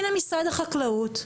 הנה משרד החקלאות,